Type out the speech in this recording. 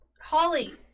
Holly